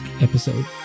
episode